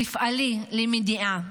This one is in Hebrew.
תפעלי למניעה.